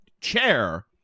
chair